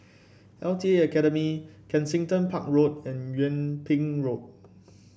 L T A Academy Kensington Park Road and Yung Ping Road